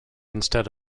instead